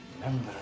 Remember